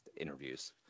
interviews